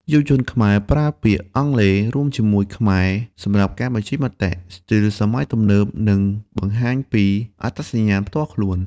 យុវជនខ្មែរប្រើពាក្យអង់គ្លេសរួមជាមួយខ្មែរសម្រាប់ការបញ្ចេញមតិ ស្ទីលសម័យទំនើប និងបង្ហាញពីអត្តសញ្ញាណផ្ទាល់ខ្លួន។